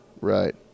Right